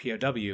POW